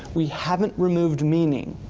we haven't removed meaning.